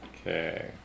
Okay